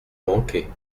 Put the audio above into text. manquez